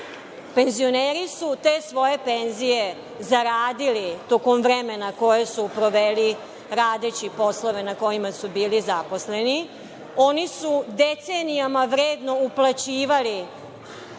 Penzioneri su te svoje penzije zaradili tokom vremena koje su proveli radeći poslove na kojima su bili zaposleni. Oni su decenijama vredno uplaćivali